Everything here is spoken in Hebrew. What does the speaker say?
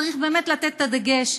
צריך באמת לתת את הדגש,